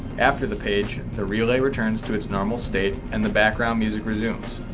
after the page the relay returns to its normal state and the background music resumes.